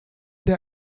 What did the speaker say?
der